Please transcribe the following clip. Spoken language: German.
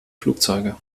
flugzeuge